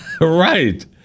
right